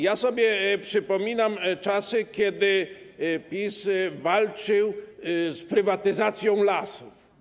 Ja sobie przypominam czasy, kiedy PiS walczył z prywatyzacją lasów.